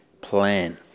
plan